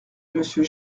monsieur